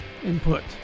input